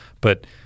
but-